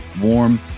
warm